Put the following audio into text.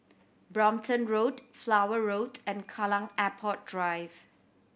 Brompton Road Flower Road and Kallang Airport Drive